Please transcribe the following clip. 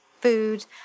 food